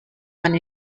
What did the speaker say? man